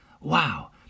wow